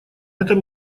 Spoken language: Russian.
этом